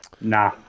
Nah